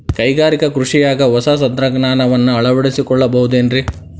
ಕೈಗಾರಿಕಾ ಕೃಷಿಯಾಗ ಹೊಸ ತಂತ್ರಜ್ಞಾನವನ್ನ ಅಳವಡಿಸಿಕೊಳ್ಳಬಹುದೇನ್ರೇ?